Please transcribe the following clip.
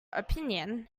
opinion